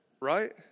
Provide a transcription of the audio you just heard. right